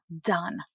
done